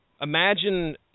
imagine